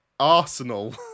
Arsenal